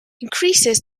increases